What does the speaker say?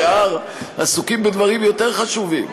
השאר עסוקים בדברים יותר חשובים.